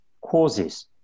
causes